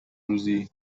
روزی